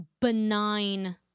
benign